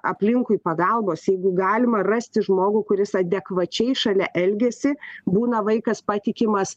aplinkui pagalbos jeigu galima rasti žmogų kuris adekvačiai šalia elgiasi būna vaikas patikimas